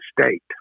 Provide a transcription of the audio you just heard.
state